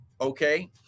okay